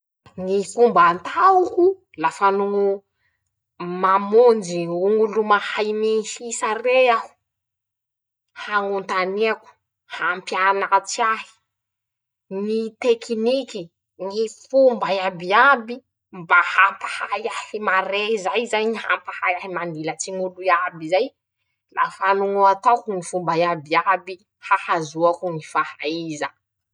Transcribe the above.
Ñy fomba ataaoko lafa no ño, mamonjy ñ'olo mahay mihisa rey aho: - Hañontaniako, hampianatsy ahy ñy tekiniky, ñy fomba iabiaby, mba hampahay ahy maré; zay zany ñy hampahay ahy mandilatsy ñ'olo iaby zay. Lafa no ataoko ñy fomba iabiaby ahazoako ñy fahaiza.